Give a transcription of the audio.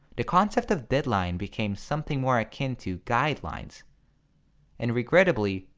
the concept of deadline became something more akin to guidelines and regrettably,